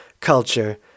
culture